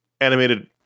animated